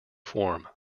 form